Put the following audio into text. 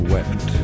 Wept